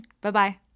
Bye-bye